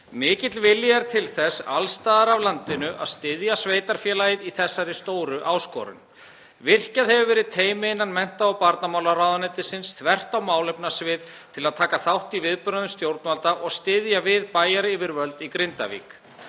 Mikill vilji er til þess alls staðar á landinu að styðja sveitarfélagið í þessari stóru áskorun. Virkjað hefur verið teymi innan mennta- og barnamálaráðuneytisins, þvert á málefnasvið, til að taka þátt í viðbrögðum stjórnvalda og styðja við bæjaryfirvöld í Grindavík.